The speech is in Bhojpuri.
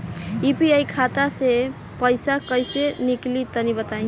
यू.पी.आई खाता से पइसा कइसे निकली तनि बताई?